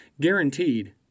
Guaranteed